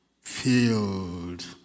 filled